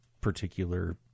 particular